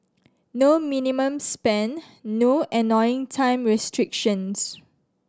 no minimum spend no annoying time restrictions